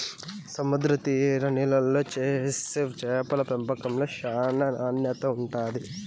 సముద్ర తీర నీళ్ళల్లో చేసే చేపల పెంపకంలో చానా నాణ్యత ఉంటాది